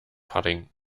pudding